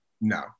No